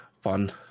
fun